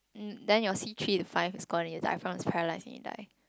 mm then your C_three to five is gone already your diaphragm is paralysed and you die